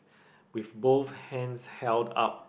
with both hands held up